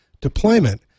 deployment